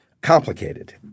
Complicated